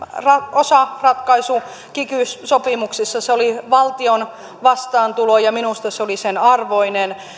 osaratkaisu kiky sopimuksessa se oli valtion vastaantulo ja minusta se oli sen arvoinen